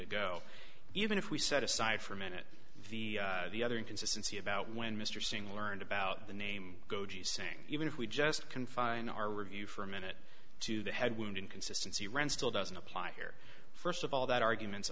ago even if we set aside for a minute the the other inconsistency about when mr singh learned about the name saying even if we just confine our review for a minute to the head wound in consistency run still doesn't apply here first of all that arguments